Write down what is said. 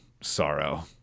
sorrow